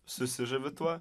susižavi tuo